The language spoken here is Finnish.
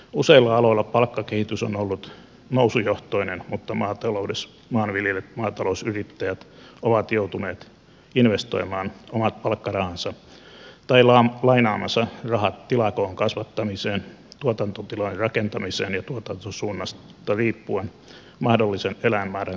useilla aloilla palkkakehitys on ollut nousujohtoinen mutta maataloudessa maanviljelijät maatalousyrittäjät ovat joutuneet investoimaan omat palkkarahansa tai lainaamansa rahat tilakoon kasvattamiseen tuotantotilojen rakentamiseen ja tuotantosuunnasta riippuen mahdollisen eläinmäärän kasvattamiseen